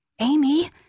Amy